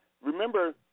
remember